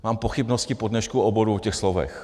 Mám pochybnosti po dnešku o obou těch slovech.